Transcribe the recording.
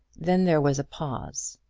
then there was a pause.